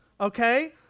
okay